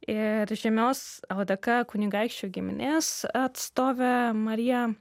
ir žymios ldk kunigaikščių giminės atstovė marija